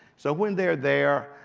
so when they're there,